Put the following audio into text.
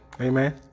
Amen